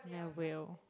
yeah I will